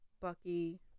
Bucky